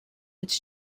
its